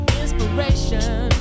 inspiration